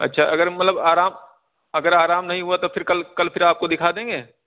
اچھا اگر مطلب آرام اگر آرام نہیں ہوا تو پھر کل پھر کل آپ کو دکھا دیں گے